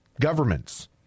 Governments